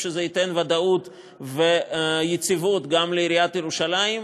זה ייתן ודאות ויציבות גם לעיריית ירושלים.